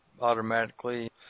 automatically